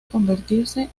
convertirse